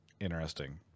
interesting